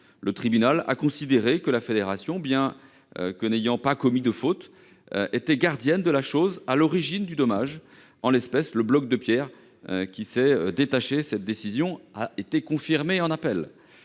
Le tribunal a considéré que, quoique la fédération n'ait pas commis de faute, elle était gardienne de la chose à l'origine du dommage, en l'espèce le bloc de pierre qui s'était détaché. Cette décision a été confirmée en appel.